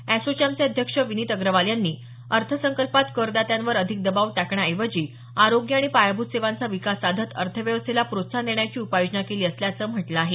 अॅसोचॅमचे अध्यक्ष विनीत अग्रवाल यांनी अर्थसंकल्पात करदात्यांवर अधिक दबाव टाकण्याऐवजी आरोग्य आणि पायाभूत सेवांचा विकास साधत अर्थव्यवस्थेला प्रोत्साहन देण्याची उपाययोजना केली असल्याचं म्हटलं आहे